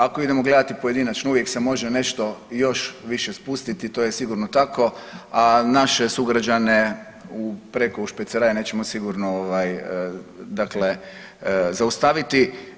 Ako idemo gledati pojedinačno uvijek se može nešto još više spustiti, to je sigurno tako, a naše sugrađane u preko u špeceraj nećemo sigurno ovaj dakle zaustaviti.